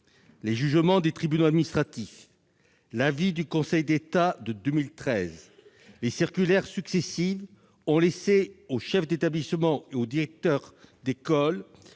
les jugements des tribunaux administratifs, l'avis de 2013 du Conseil d'État, les circulaires successives ont laissé les chefs d'établissement et les directeurs d'école